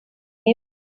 him